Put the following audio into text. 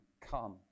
Come